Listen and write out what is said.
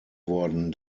worden